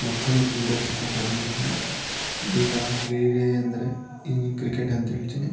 ಮತ್ತೊಂದು ಕ್ರೀಡಾ ಸ್ಪೋಟಗಾರನು ಈಗ ಕ್ರೀಡೆ ಅಂದರೆ ಈ ಕ್ರಿಕೆಟ್ ಅಂತೇಳ್ತಿನಿ